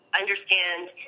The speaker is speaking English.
understand